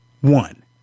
one